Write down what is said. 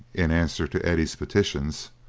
in answer to eddie's petitions,